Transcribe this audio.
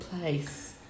place